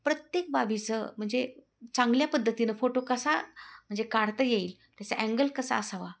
प्रत्येक बाबीचं म्हणजे चांगल्या पद्धतीनं फोटो कसा म्हणजे काढता येईल त्याचां अँगल कसा असावा